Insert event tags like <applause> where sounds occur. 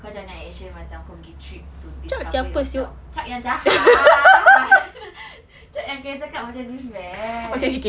kau jangan nak action macam kau pergi trip to discover yourself chuck yang jahat <laughs> chuck yang cakap macam douchebag